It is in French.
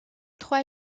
trois